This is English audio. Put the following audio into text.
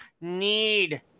need